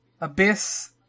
Abyss